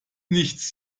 nichts